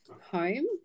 home